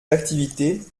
d’activité